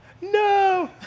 no